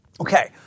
Okay